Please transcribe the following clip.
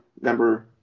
number